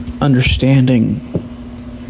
understanding